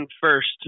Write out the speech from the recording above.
first